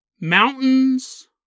Mountains